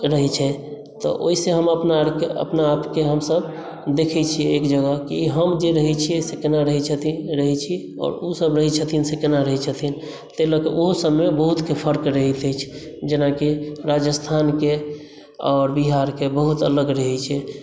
रहे छै तऽ ओहिसँ हम अपना आरके अपना आपके हमसभ देखै छियै एक जगह की हम जे रहै छियै से केना रहे छथिन रहे छी आओर ओ सभ रहै छथिन से केना रहे छथिन तैं लऽके ओहोसभमे बहुतके फर्क रहैत अछि जेनाकि राजस्थानके आओर बिहारके बहुत अलग रहै छै